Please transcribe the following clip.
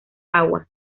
aguas